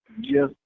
Yes